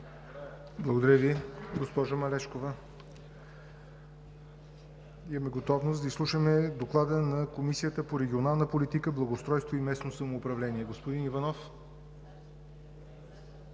Благодаря Ви, госпожо Малешкова. Имаме готовност да изслушаме Доклада на Комисията по регионална политика, благоустройство и местно самоуправление. Заповядайте,